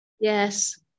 Yes